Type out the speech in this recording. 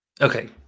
Okay